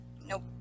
Nope